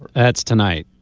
that's tonight.